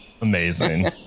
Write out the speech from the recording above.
amazing